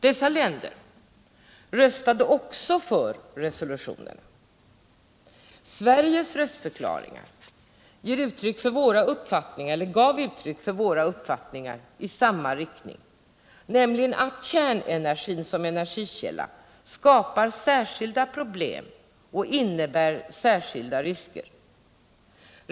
Dessa länder röstade också för resolutionerna. Sveriges röstförklaringar gav uttryck för våra uppfattningar i samma riktning, nämligen att kärnenergin som energikälla skapar särskilda problem och innebär särskilda risker.